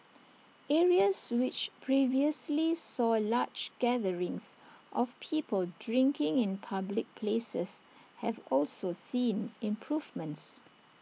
areas which previously saw large gatherings of people drinking in public places have also seen improvements